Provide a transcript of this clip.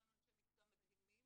יש לנו אנשי מקצוע מדהימים